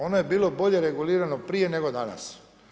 Ono je bilo bolje regulirano prije nego danas.